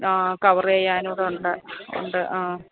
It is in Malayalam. ആ കവർ ചെയ്യാനൂടുണ്ട് ഉണ്ട് ആ